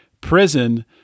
prison